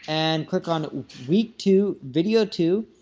and click on week two, video two,